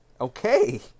Okay